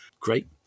great